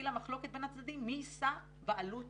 התחילה מחלוקת בין הצדדים מי יישא בעלות